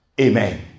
Amen